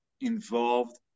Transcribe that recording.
involved